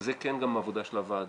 וזה כן גם עבודה של הוועדה,